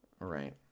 Right